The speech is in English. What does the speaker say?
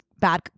bad